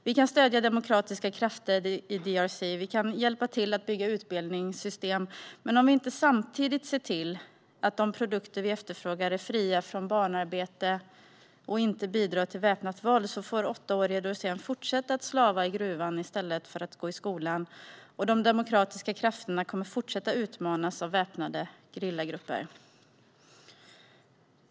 Vi kan stödja demokratiska krafter i Demokratiska republiken Kongo, och vi kan hjälpa till att bygga utbildningssystem, men om vi inte samtidigt ser till att de produkter vi efterfrågar är fria från barnarbete och inte bidrar till väpnat våld får åttaårige Dorsen fortsätta att slava i gruvan i stället för att gå i skolan. De demokratiska krafterna kommer då att fortsätta utmanas av väpnade gerillagrupper.